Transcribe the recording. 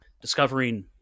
discovering